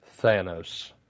Thanos